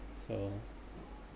so